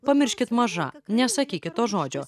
pamirškit maža nesakykit to žodžio